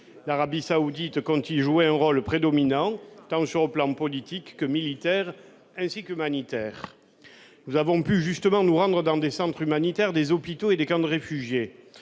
L'Arabie Saoudite compte y jouer un rôle prédominant, sur les plans tant politique que militaire et humanitaire. Nous avons pu nous rendre dans des centres humanitaires, des hôpitaux et des camps de réfugiés.